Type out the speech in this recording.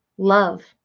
love